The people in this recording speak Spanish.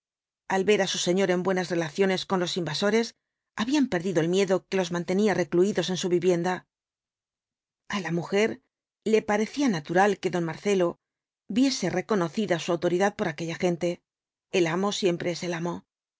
al ver á su señor en buenas v blasco ibáñkz relaciones con los invasores habían perdido el miedo que los mantenía recluidos en su vivienda a la mujer le parecía natural que don marcelo viese reconocida su autoridad por aquella gente el amo siempre es